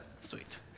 Sweet